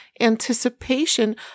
anticipation